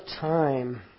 time